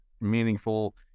meaningful